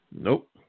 Nope